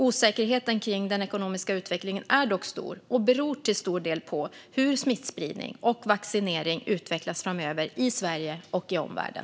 Osäkerheten kring den ekonomiska utvecklingen är dock stor och beror till stor del på hur smittspridning och vaccinering utvecklas framöver i Sverige och i omvärlden.